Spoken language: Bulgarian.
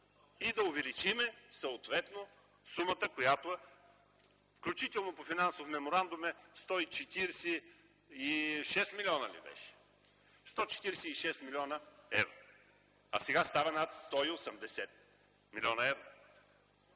И да увеличим съответно сумата която, включително, по финансов меморандум е 146 млн. евро. А сега става над 180 млн. евро.